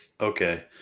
Okay